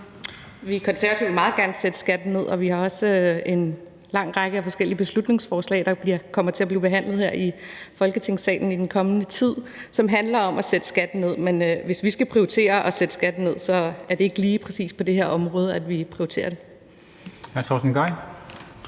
(KF): Konservative vil meget gerne sætte skatten ned, og vi har også en lang række af forskellige beslutningsforslag, som kommer til at blive behandlet her i Folketingssalen i den kommende tid, som handler om at sætte skatten ned. Men hvis vi skal prioritere at sætte skatten ned, er det ikke lige præcis på det her område, at vi prioriterer det.